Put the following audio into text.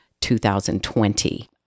2020